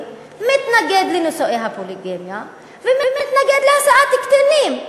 מתנגד לנישואי הפוליגמיה ומתנגד להשאת קטינים.